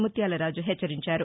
ముత్యాలరాజు హెచ్చరించారు